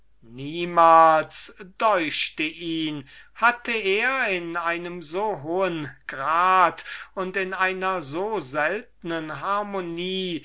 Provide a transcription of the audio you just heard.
niemals deuchte ihn hatte er in einem so hohen grad und in einer so seltnen harmonie